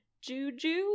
juju